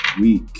week